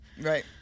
right